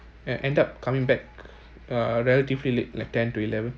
end end up coming back uh relatively late like ten to eleven